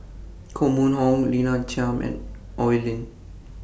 Koh Mun Hong Lina Chiam and Oi Lin